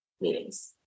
Meetings